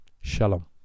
Shalom